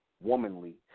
womanly